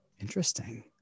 Interesting